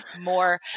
more